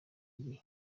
igihe